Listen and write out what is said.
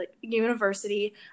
university